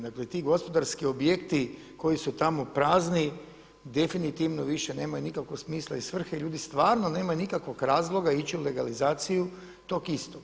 Dakle ti gospodarski objekti koji su tamo prazni definitivno više nemaju nikakvog smisla i svrhe i ljudi stvarno nemaju nikakvog razloga ići u legalizaciju tog istog.